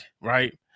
right